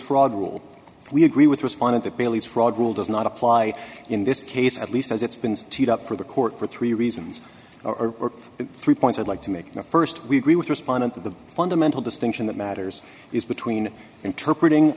fraud rule we agree with respondent that bailey's fraud rule does not apply in this case at least as it's been up for the court for three reasons or three points i'd like to make the st we agree with respondent the fundamental distinction that matters is between interpret ing